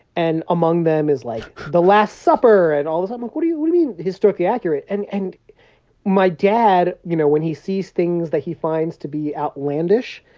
and among them is, like, the last supper and all this. i'm like, what do you mean historically accurate? and and my dad, you know, when he sees things that he finds to be outlandish,